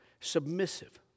submissive